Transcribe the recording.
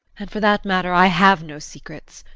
and for that matter i have no secrets.